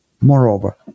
Moreover